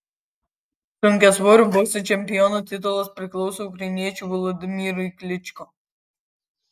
sunkiasvorių bokso čempiono titulas priklauso ukrainiečiui volodymyrui klyčko